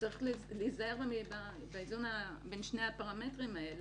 וצריך להיזהר בין שני הפרמטרים האלה.